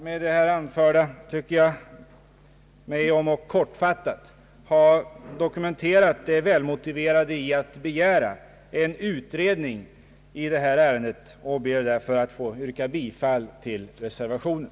Med det anförda tycker jag mig — om ock kortfattat — ha dokumenterat det välmotiverade i att begära en utredning i det här ärendet, och jag ber därför att få yrka bifall till reservationen.